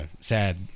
Sad